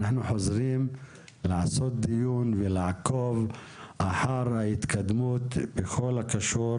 אנחנו נחזור לעשות דיון ולעקוב אחר ההתקדמות בכל הקשור